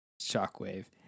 Shockwave